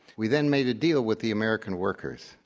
we then made a deal with the american workers,